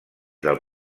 del